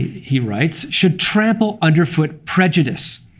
he writes, should trample underfoot prejudice,